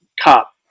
cop